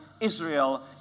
Israel